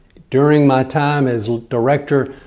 during my time as director,